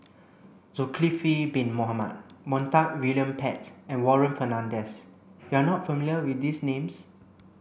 Zulkifli bin Mohamed Montague William Pett and Warren Fernandez you are not familiar with these names